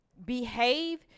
behave